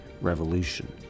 Revolution